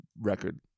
record